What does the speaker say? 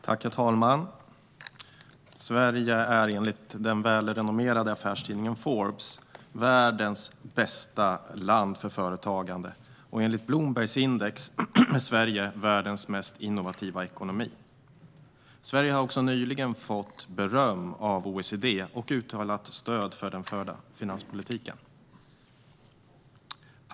Herr talman! Sverige är enligt den välrenommerade affärstidningen Forbes världens bästa land för företagande, och enligt Bloombergs index är Sverige världens mest innovativa ekonomi. Sverige har nyligen också fått beröm av OECD, som uttalat stöd för den förda finanspolitiken.